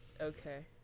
Okay